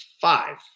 five